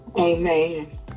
Amen